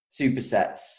supersets